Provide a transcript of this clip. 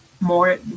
more